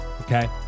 Okay